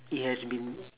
it has been